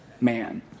man